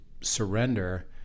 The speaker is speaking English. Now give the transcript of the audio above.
surrender